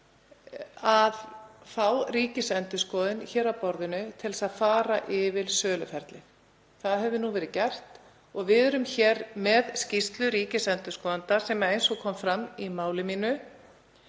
að fá Ríkisendurskoðun að borðinu til þess að fara yfir söluferlið. Það hefur nú verið gert og við erum hér með skýrslu ríkisendurskoðanda og þar, eins og kom fram í máli mínu,